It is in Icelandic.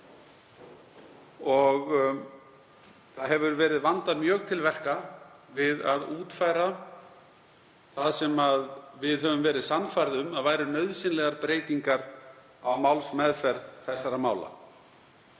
ár. Það hefur verið vandað mjög til verka við að útfæra það sem við höfum verið sannfærð um að væru nauðsynlegar breytingar á málsmeðferð þessara mála.